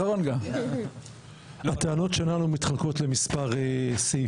אחרי שהכנסת ביקשה לפני שנים לקבל דיווח בכל חצי